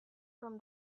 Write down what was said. from